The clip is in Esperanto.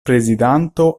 prezidanto